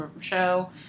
show